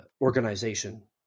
organization